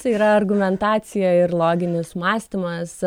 svarbiausia yra argumentacija ir loginis mąstymas